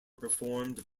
performed